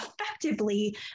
effectively